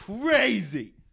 crazy